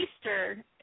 Easter